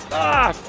ah!